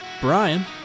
Brian